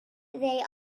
they